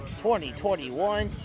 2021